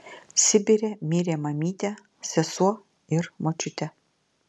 sibire mirė mamytė sesuo ir močiutė